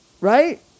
Right